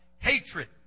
Hatred